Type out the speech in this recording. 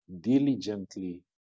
diligently